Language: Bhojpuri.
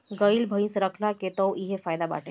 गाई भइस रखला के तअ इहे फायदा बाटे